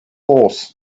horse